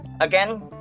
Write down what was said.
Again